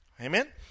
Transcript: amen